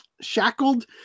shackled